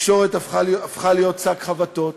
התקשורת הפכה להיות שק חבטות,